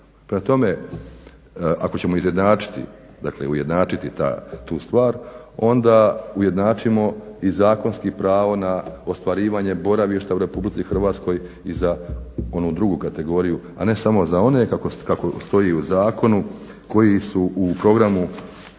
Prema tome ako ćemo izjednačiti, dakle ujednačiti tu stvar onda ujednačimo i zakonski pravo na ostvarivanje boravišta u RH i za onu drugu kategoriju, a ne samo za one kako stoji u zakonu koji su u programu